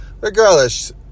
Regardless